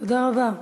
תודה רבה.